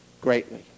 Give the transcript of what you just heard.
greatly